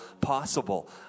possible